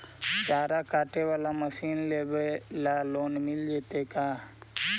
चारा काटे बाला मशीन लेबे ल लोन मिल जितै का?